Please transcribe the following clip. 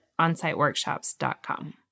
onsiteworkshops.com